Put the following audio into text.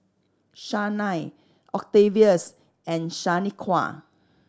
Shanae Octavius and Shaniqua